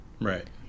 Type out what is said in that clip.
right